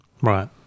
Right